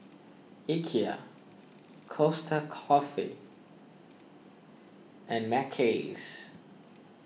Ikea Costa Coffee and Mackays